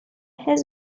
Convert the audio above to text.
has